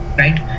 right